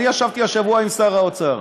ישבתי השבוע עם שר האוצר,